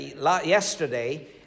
yesterday